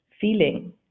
Feeling